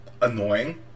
annoying